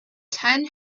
ten